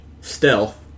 stealth